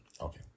Okay